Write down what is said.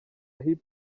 hip